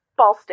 Ballstick